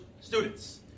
students